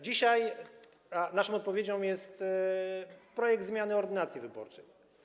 Dzisiaj naszą odpowiedzią jest projekt zmiany ordynacji wyborczej.